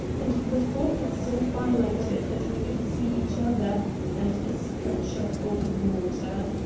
and the fog had so far lightened that we could see each other and a stretch of open water.